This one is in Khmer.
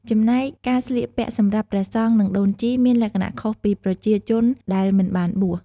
ចំណែកការស្លៀកពាក់សម្រាប់ព្រះសង្ឃនិងដូនជីមានលក្ខណះខុសពីប្រជាជនដែលមិនបានបួស ។